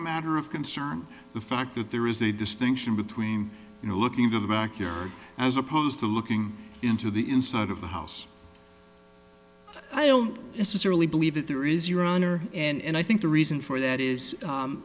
a matter of concern the fact that there is a distinction between you know looking into the backyard as opposed to looking into the inside of the house i don't necessarily believe that there is your honor and i think the reason for that is